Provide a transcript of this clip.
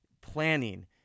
planning